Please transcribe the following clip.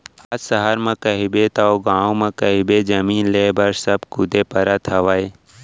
आज सहर म कहिबे तव गाँव म कहिबे जमीन लेय बर सब कुदे परत हवय